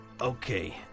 okay